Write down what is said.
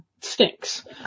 stinks